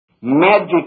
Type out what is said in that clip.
Magic